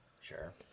Sure